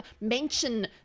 mention